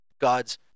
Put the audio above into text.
God's